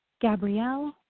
Gabrielle